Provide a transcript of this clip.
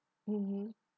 mmhmm